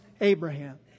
Abraham